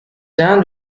sain